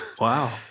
Wow